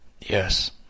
Yes